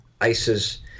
ISIS